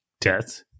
death